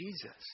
Jesus